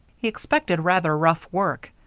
he expected rather rough work.